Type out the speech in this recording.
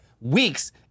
weeks